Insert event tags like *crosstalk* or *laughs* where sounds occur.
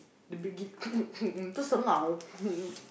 big it *laughs* tu sengau